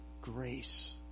grace